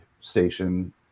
station